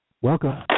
welcome